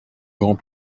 grand